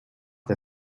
der